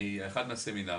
מאחד מהסמינרים,